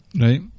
right